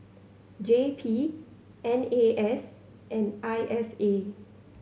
J P N A S and I S A